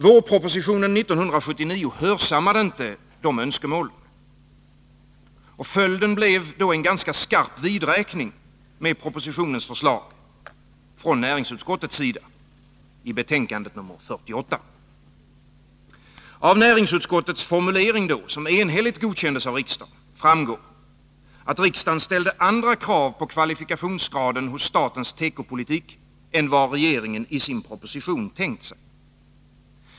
Vårpropositionen 1979 hörsammade inte dessa önskemål. Följden blev då en ganska skarp vidräkning med propositionens förslag från näringsutskottet i betänkandet nr 48. Av näringsutskottets formulering, som enhälligt godkändes av riksdagen, framgår att riksdagen ställde andra krav på kvalifikationsgraden hos statens tekopolitik än vad regeringen i sin proposition hade tänkt sig.